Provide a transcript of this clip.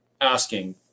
asking